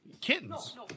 Kittens